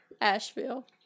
Asheville